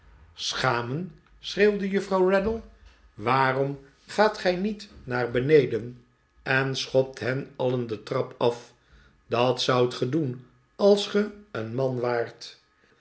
schamen schreeuwde juffrouw raddle waarom gaat gij niet naar beneden en schopt hen alien de trap af dat zoudt ge doen als ge een man waart